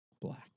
Black